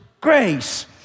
grace